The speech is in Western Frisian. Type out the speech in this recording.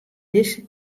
dizze